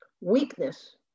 weakness